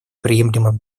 приемлемым